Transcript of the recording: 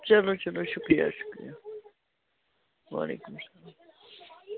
چلو چلو شُکریہ شُکریہ وعلیکُم سلام